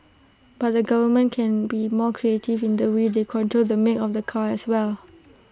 but the government can be more creative in the way they control the make of the car as well